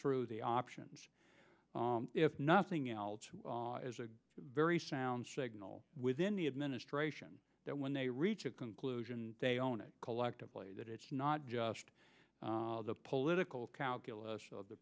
through the options if nothing else is a very sound signal within the administration that when they reach a conclusion they own it collectively that it's not just the political calculus of the